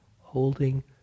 holding